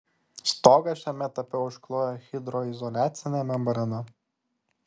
stogą šiame etape užklojo hidroizoliacine membrana